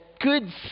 good